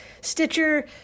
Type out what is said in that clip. Stitcher